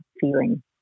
feeling